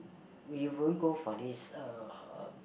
we won't go for this uh